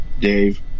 Dave